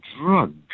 drug